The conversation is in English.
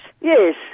Yes